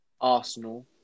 Arsenal